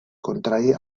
contrari